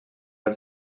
els